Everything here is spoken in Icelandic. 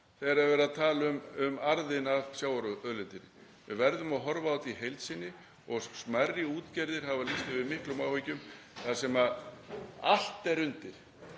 þegar verið er að tala um arðinn af sjávarauðlindinni. Við verðum að horfa á þetta í heild sinni og smærri útgerðir hafa lýst yfir miklum áhyggjum þar sem allt er undir.